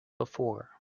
before